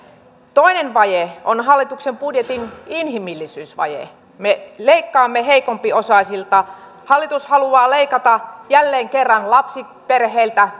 toinen vaje on hallituksen budjetin inhimillisyysvaje me leikkaamme heikompiosaisilta hallitus haluaa leikata jälleen kerran lapsiperheiltä